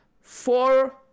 four